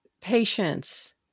patience